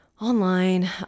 online